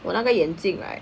我那个眼镜 right